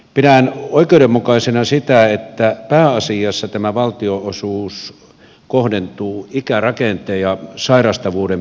pidän oikeudenmukaisena sitä että pääasiassa tämä valtionosuus kohdentuu ikärakenteen ja sairastavuuden perusteella